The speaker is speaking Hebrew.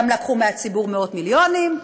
גם לקחו מהציבור מאות מיליונים,